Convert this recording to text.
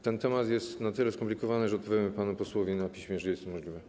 Ten temat jest na tyle skomplikowany, że odpowiemy panu posłowi na piśmie, jeżeli jest to możliwe.